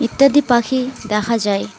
ইত্যাদি পাখি দেখা যায়